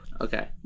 Okay